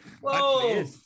whoa